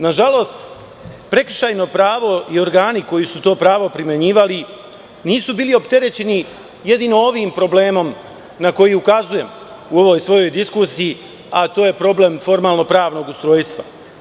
Nažalost, prekršajno pravo i organi koji su to pravo primenjivali nisu bili opterećeni jedino ovim problemom na koji ukazujem u ovoj svojoj diskusiji, a to je problem formalno-pravnog ustrojstva.